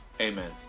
Amen